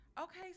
Okay